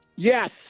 Yes